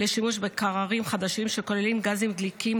בקררים חדשים שכוללים גזים דליקים,